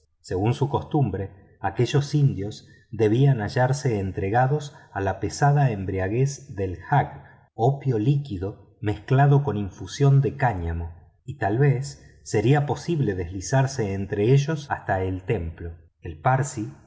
según su costumbe aquellos indios debían hallarse entregados a la pesada embriaguez del hag opio líquido mezclado con infusión de cáñamo y tal vez sería posible deslizarse entre ellos hasta el templo el parsi